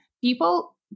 people